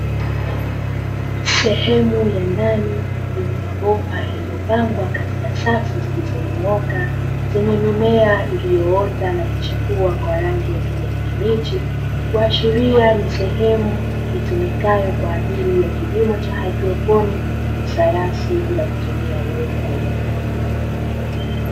Sehemu ya ndani, yenye mabomba yaliyopangwa katika safu zilizonyooka, zenye mimea iliyo ota na kuchipua kwa rangi ya kijani kibichi. Kuashiria ni sehemu itumikayo kwaajili kilimo cha haidroponi ya sayansi bila kutumia udongo.